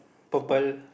purple